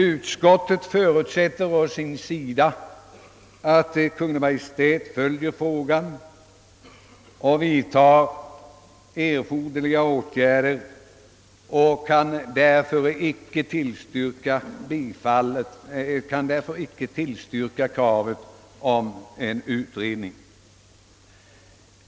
Utskottet förutsätter å sin sida att Kungl. Maj:t följer frågan och vidtar erforderliga åtgärder och kan därför icke tillstyrka kravet på en utredning.